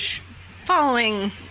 following